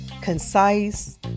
concise